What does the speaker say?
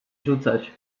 rzucać